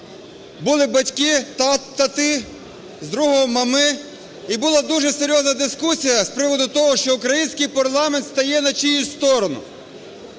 були батьки, татки, з другого – мами, і була дуже серйозна дискусія з приводу того, що український парламент стає на чиюсь сторону.